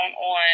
on